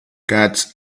cats